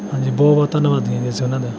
ਹਾਂਜੀ ਬਹੁਤ ਬਹੁਤ ਧੰਨਵਾਦੀ ਹਾਂ ਜੀ ਅਸੀਂ ਉਨ੍ਹਾਂ ਦਾ